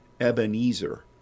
Ebenezer